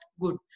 good